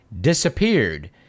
disappeared